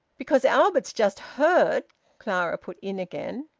because albert just heard clara put in again.